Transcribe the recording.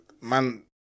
man